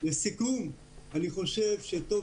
לסיכום, אני חושב שטוב